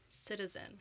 Citizen